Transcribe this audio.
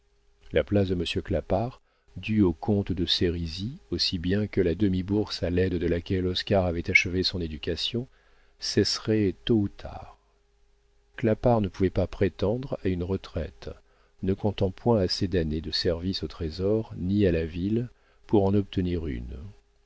la place de monsieur clapart due au comte de sérisy aussi bien que la demi-bourse à l'aide de laquelle oscar avait achevé son éducation cesserait tôt ou tard clapart ne pouvait pas prétendre à une retraite ne comptant point assez d'années de services au trésor ni à la ville pour en obtenir une